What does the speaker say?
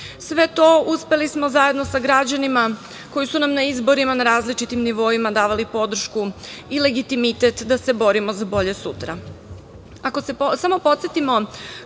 to uspeli smo zajedno sa građanima koji su nam na izborima na različitim nivoima davali podršku i legitimitet da se borimo za bolje sutra. Ako